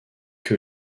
que